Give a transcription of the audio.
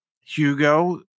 hugo